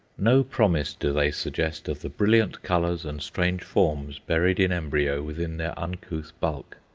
no promise do they suggest of the brilliant colours and strange forms buried in embryo within their uncouth bulk.